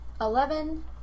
eleven